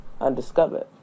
undiscovered